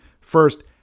First